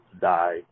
die